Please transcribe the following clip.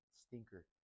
stinker